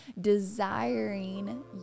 desiring